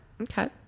Okay